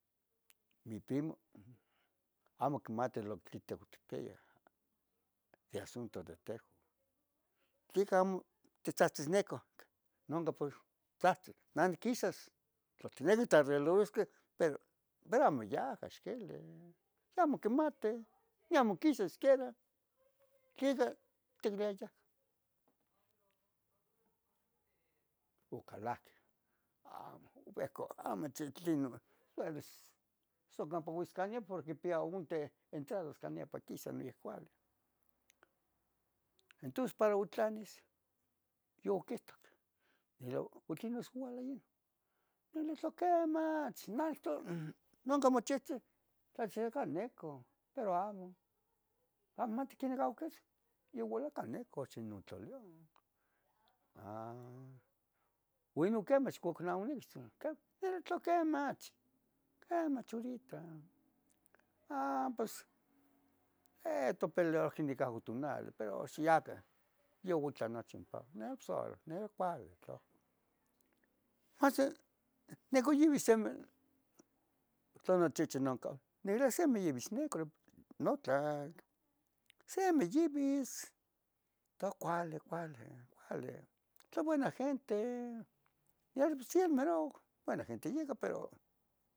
mi primo amo quimati lo tlen tehuan itpiah yeh assunto de tehuan, ¿tlica amo titzahtsisnicoh queh? noncan pox ithahtzi nah niquisas tla tiniqui tarreglusqueh, pero, pero amo yaah ixquili, yeh amo quimati, niamo quisa siquiera tlica ticliayah. Ocalahque amo ope ohcon, amachi tlinon uelis son campa uitz calle porque quipia onte entradas can niapa quisa no igual. Entos para otlanes yoquitoc, pero, otlanes oualah yeh, neli tla quemach nanco, noncan mochihtoc tlachiacan necon, pero amo, amo inmati quen nican oquechco, oualahca neco ichan non tla Lion, ah, ¿ui no quemach ok tla oniquis?, nili oquemach, quemach oritah, ah pos eh topeliohque nican oc tunali pero xiacan youitlan nochi pos ora, neh ya cuali tla ohcon. Masi nicoyivis se tla nochichi noncan, niquilia nicoyivis necropn no tlac se miyivis, toua cuali, cuali, cuali tla buena gente, kilia por yeh meroc, buena genta yica pero